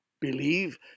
Believe